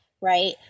right